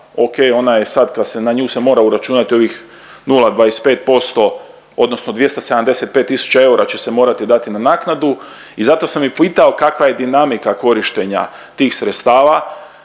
je ona je sad kad se na nju se mora uračunat ovih 0,25% odnosno 275 tisuća eura će se morati dati na naknadu. I zato sam i pitao kakva je dinamika korištenja tih sredstava,